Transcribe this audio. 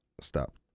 stop